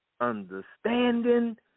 understanding